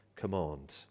command